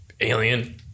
Alien